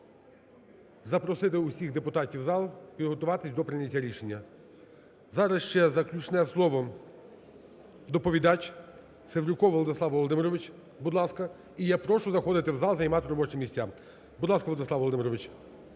запросити усіх депутатів в зал, підготуватись до прийняття рішення. Зараз ще заключне слово, доповідач – Севрюков Владислав Володимирович. Будь ласка. І я прошу заходити в зал займати робочі місця. Будь ласка, Владислав